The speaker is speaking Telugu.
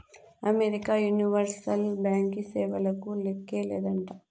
అమెరికా యూనివర్సల్ బ్యాంకీ సేవలకు లేక్కే లేదంట